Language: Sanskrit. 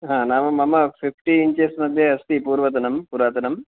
नाम मम फ़िफ़्टि इञ्चस् मध्ये अस्ति पूर्वतनम् पुरातनम्